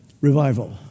Revival